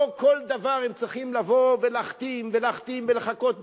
לא בכל דבר הם צריכים לבוא ולהחתים ולהחתים ולחכות בתור.